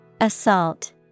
Assault